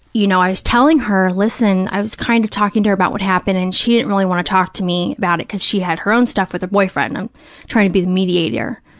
you know, i was telling her, listen, i was kind of talking to her about what happened and she didn't really want to talk to me about it because she had her own stuff with her boyfriend. and i'm trying to be the mediator.